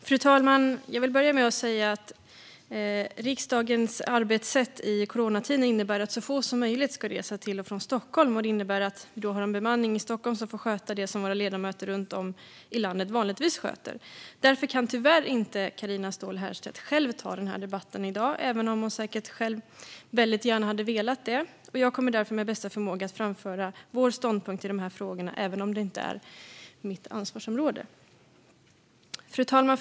Fru talman! Jag vill börja med att säga att riksdagens arbetssätt i coronatider innebär att så få som möjligt ska resa till och från Stockholm. Det innebär att vi har en bemanning i Stockholm som får sköta det som våra ledamöter runt om i landet vanligtvis sköter. Därför kan Carina Ståhl Herrstedt tyvärr inte själv ta den här debatten i dag, även om hon säkert väldigt gärna hade velat det. Jag kommer därför efter bästa förmåga att framföra vår ståndpunkt i de här frågorna även om det inte är mitt ansvarsområde. Fru talman!